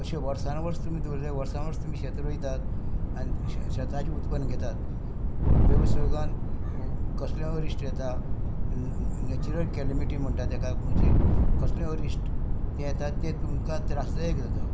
अशें वर्सान वर्स तुमी दवरले वर्सां वर्स तुमी शेत रोयतात आनी शेताचें उत्पन्न घेतात देवस्गेगान कसलेंय अरिश्ट येता नॅचरल कॅलिमिटी म्हणटा तेका म्हणजे कसलेंय अरिश्ट तें येतात तें तुमकां त्रासदायक जाता